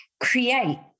create